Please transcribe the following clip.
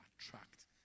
attract